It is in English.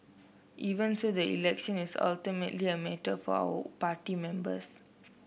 even so the election is ultimately a matter for our party members